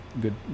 good